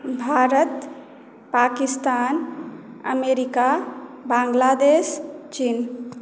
Bharat Pakistan America Bangladesh चीन